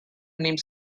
named